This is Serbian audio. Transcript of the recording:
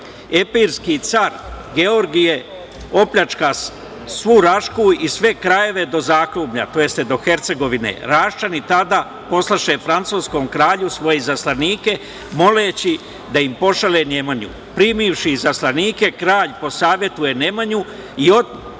Epirski car Georgije opljačka svu Rašku i sve krajeve do Zaklubnja, to jest to Hercegovine. Raščani tada poslaše francuskom kralju svoje izaslanike, moleći da im pošalje Nemanju. Primivši izaslanike, kralj posavetuje Nemanju i